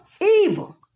evil